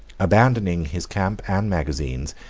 abandoning his camp and magazines,